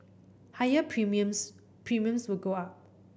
higher premiums premiums will go up